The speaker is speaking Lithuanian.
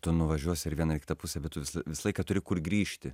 tu nuvažiuosi ir į vieną ir į kitą pusę bet tu visą laik visą laiką turi kur grįžti